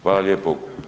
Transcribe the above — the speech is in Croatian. Hvala lijepo.